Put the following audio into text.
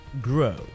grow